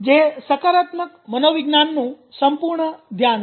જે સકારાત્મક મનોવિજ્ઞાનનું સંપૂર્ણ ધ્યાન છે